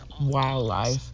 wildlife